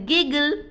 Giggle